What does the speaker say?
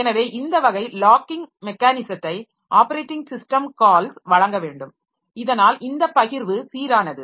எனவே இந்த வகை லாக்கிங் மெக்கானிசத்தை ஆப்பரேட்டிங் ஸிஸ்டம் கால்ஸ் வழங்க வேண்டும் இதனால் இந்த பகிர்வு சீரானது